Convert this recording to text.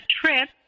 trip